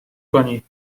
کنی